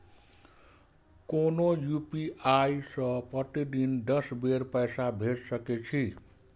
कोनो यू.पी.आई सं प्रतिदिन दस बेर पैसा भेज सकै छी